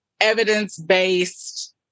evidence-based